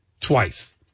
twice